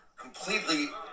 completely